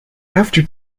after